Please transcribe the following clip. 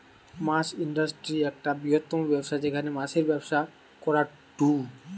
মাছ industry একটা বৃহত্তম ব্যবসা যেখানে মাছের ব্যবসা করাঢু